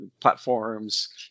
platforms